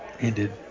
ended